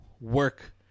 work